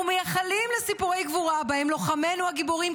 אנחנו מייחלים לסיפורי גבורה שבהם לוחמינו הגיבורים,